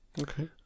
Okay